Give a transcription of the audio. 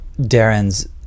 Darren's